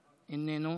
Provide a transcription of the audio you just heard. איננו,